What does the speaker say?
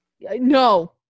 No